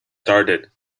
started